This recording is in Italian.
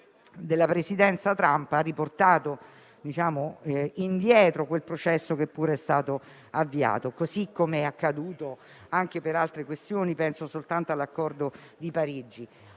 della Presidenza Trump ha riportato indietro quel processo che pure era stato avviato, così come accaduto per altre questioni (penso all'accordo di Parigi).